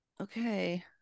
Okay